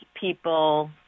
people